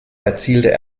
erzielte